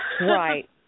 Right